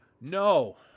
No